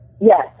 Yes